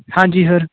ਹਾਂਜੀ ਸਰ